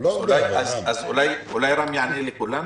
אולי רם יענה לכולנו?